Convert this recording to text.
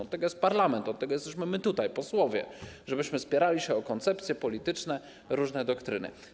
Od tego jest parlament, od tego jesteśmy tutaj my, posłowie, żebyśmy spierali się o koncepcje polityczne, różne doktryny.